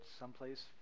someplace